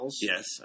Yes